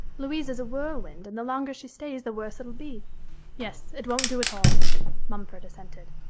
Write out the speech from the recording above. louise is a whirlwind, and the longer she stays, the worse it'll be yes, it won't do at all mumford assented.